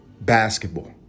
basketball